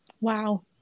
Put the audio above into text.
Wow